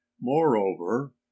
moreover